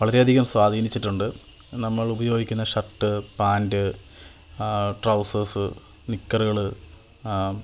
വളരെയധികം സ്വാധീനിച്ചിട്ടുണ്ട് നമ്മൾ ഉപയോഗിക്കുന്ന ഷർട്ട് പാൻറ്റ് ട്രൗസേഴ്സ് നിക്കറുകള്